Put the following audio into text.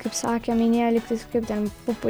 kaip sakė minėjo lygtais kaip ten pupų